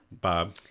Bob